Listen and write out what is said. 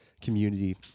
community